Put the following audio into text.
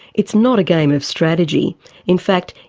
it's not a game of strategy in fact,